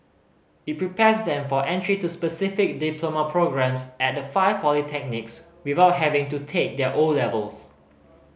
it prepares them for entry to specific diploma programmes at the five polytechnics without having to take their O levels